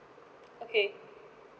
okay